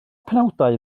penawdau